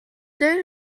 day